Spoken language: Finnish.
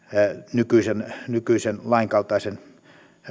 nykyisen nykyisen lain kaltaisen